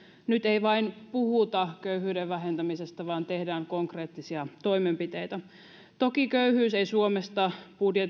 nyt ei vain puhuta köyhyyden vähentämisestä vaan tehdään konkreettisia toimenpiteitä toki köyhyys ei suomesta